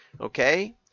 Okay